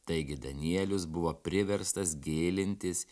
taigi danielius buvo priverstas gilintis